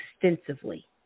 extensively